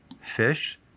fish